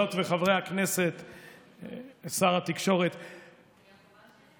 שר התקשורת יועז הנדל: